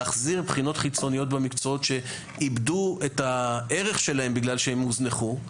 להחזיר בחינות חיצוניות במקצועות שאיבדו את הערך שלהם בגלל שהם הוזנחו,